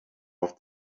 off